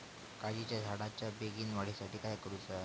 काजीच्या झाडाच्या बेगीन वाढी साठी काय करूचा?